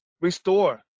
restore